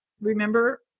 remember